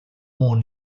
more